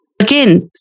Again